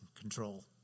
control